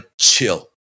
chill